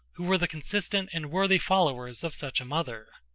who were the consistent and worthy followers of such a mother.